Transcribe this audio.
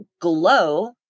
glow